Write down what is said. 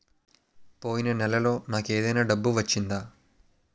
పోయిన నెలలో నాకు ఏదైనా డబ్బు వచ్చిందా?